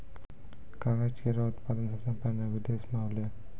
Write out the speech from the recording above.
कागज केरो उत्पादन सबसें पहिने बिदेस म होलै